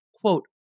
Quote